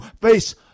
face